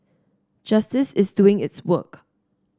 justice is doing its work